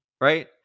right